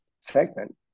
segment